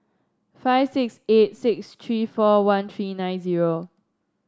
five six eight six three four one three nine zero